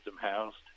housed